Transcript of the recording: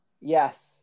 Yes